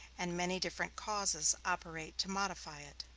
and many different causes operate to modify it.